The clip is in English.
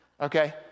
okay